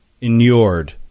inured